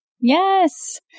Yes